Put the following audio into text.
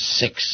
six